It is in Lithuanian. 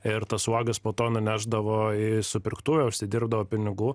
ir tas uogas po to nunešdavo į supirktuvę užsidirbdavo pinigų